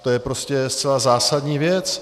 To je prostě zcela zásadní věc.